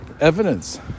evidence